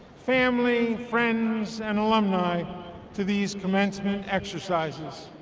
family, friends, and alumni to these commencement exercises.